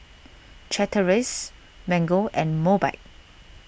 Chateraise Mango and Mobike